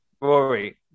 Rory